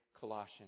Colossians